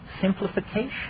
simplification